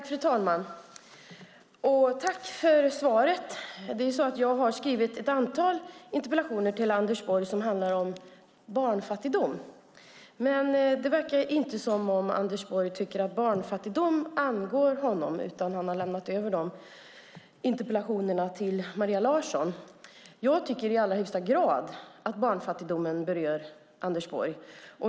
Fru talman! Tack för svaret! Jag har skrivit ett antal interpellationer till Anders Borg som handlar om barnfattigdom, men det verkar inte som om Anders Borg tycker att barnfattigdom angår honom, utan han har lämnat över de interpellationerna till Maria Larsson. Jag tycker att barnfattigdomen i allra högsta grad berör Anders Borg.